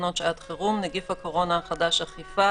תקנות שעות חירום (נגיף קורונה החדש אכיפה),